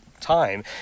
time